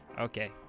Okay